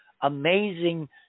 amazing